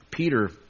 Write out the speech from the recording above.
Peter